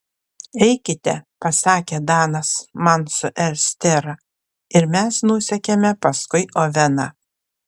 eikite pasakė danas man su estera ir mes nusekėme paskui oveną